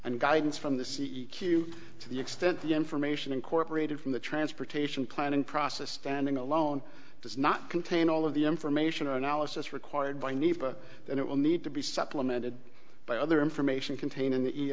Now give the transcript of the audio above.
and guidance from the c e o q to the extent the information incorporated from the transportation planning process standing alone does not contain all of the information analysis required by need and it will need to be supplemented by other information contained in the